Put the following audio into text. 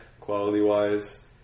quality-wise